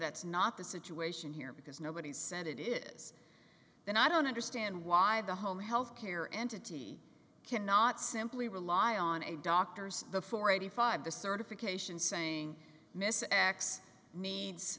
that's not the situation here because nobody's said it is then i don't understand why the home health care entity cannot simply rely on a doctor's before eighty five the certification saying miss x needs